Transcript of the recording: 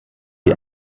die